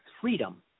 freedom